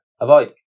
Avoid